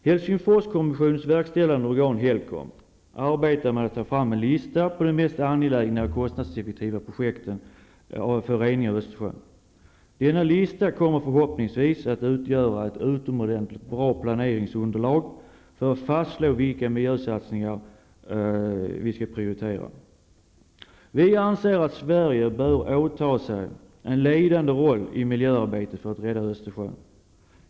HELCOM arbetar med att ta fram en lista på de mest angelägna och kostnadseffektiva projekten för rening av Östersjön. Denna lista kommer förhoppningsvis att utgöra ett utomordentligt bra planeringsunderlag för att fastslå vilka miljösatsningar vi bör prioritera. Vi anser att Sverige bör åtaga sig en ledande roll i miljöarbetet för att rädda Östersjön.